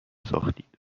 ساختید